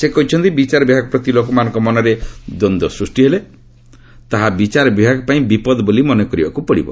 ସେ କହିଛନ୍ତି ବିଚାର ବିଭାଗ ପ୍ରତି ଲୋକମାନଙ୍କ ମନରେ ଦ୍ୱନ୍ଦ୍ୱ ସୃଷ୍ଟିହେଲେ ତାହା ବିଚାର ବିଭାଗପାଇଁ ବିପଦ ବୋଲି ମନେକରିବାକୁ ପଡ଼ିବ